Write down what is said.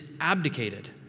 abdicated